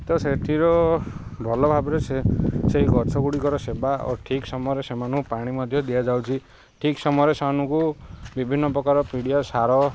ତ ସେଥିରେ ଭଲ ଭାବରେ ସେ ସେଇ ଗଛ ଗୁଡ଼ିକର ସେବା ଓ ଠିକ୍ ସମୟରେ ସେମାନଙ୍କୁ ପାଣି ମଧ୍ୟ ଦିଆଯାଉଛି ଠିକ୍ ସମୟରେ ସେମାନଙ୍କୁ ବିଭିନ୍ନ ପ୍ରକାର ପିଡ଼ିଆ ସାର